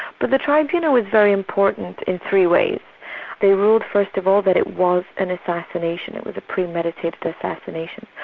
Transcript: but the tribunal was very important in three ways they ruled first of all that it was an assassination, it was a premeditated assassination,